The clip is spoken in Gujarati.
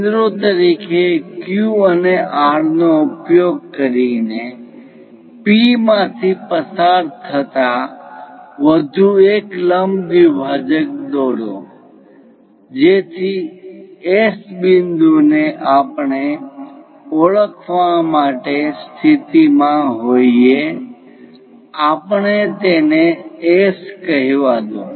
કેન્દ્રો તરીકે Q અને R નો ઉપયોગ કરીને P માંથી પસાર થતા એક વધુ લંબ દ્વિભાજક દોરો જેથી S બિંદુ ને આપણે ઓળખવાની માટે સ્થિતિમાં હોઈએ આપણે તેને S કહેવા દો